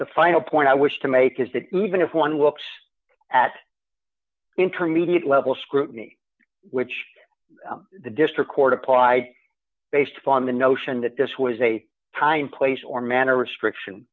the final point i wish to make is that even if one looks at intermediate level scrutiny which the district court applied based upon the notion that this was a time place or manner restriction